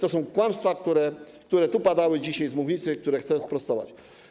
To są kłamstwa, które tu padały dzisiaj z mównicy, które chcę sprostować.